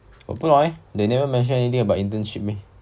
不懂 eh they never mention anything about internship eh